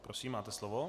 Prosím, máte slovo.